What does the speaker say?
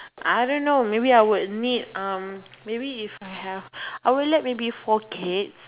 I don't know maybe I would meet um maybe if I have I would like maybe four kids